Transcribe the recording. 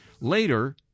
Later